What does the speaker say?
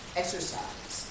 exercise